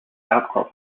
outcrop